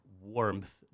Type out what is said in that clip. Warmth